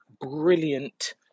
brilliant